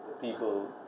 people